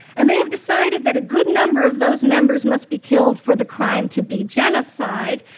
and they have decided that a good number of those members must be killed for the crime to be genocide,